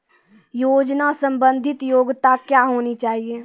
योजना संबंधित योग्यता क्या होनी चाहिए?